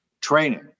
training